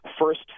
first